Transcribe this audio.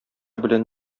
белән